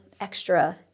extra